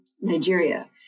Nigeria